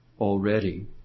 already